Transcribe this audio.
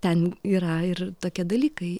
ten yra ir tokie dalykai